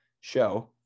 show